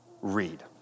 read